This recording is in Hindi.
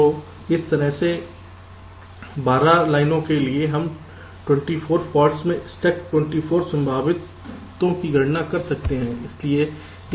तो इस तरह से 12 लाइनों के लिए हम 24 फॉल्ट्समें स्टक 24 संभावितों की गणना कर सकते हैं